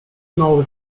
know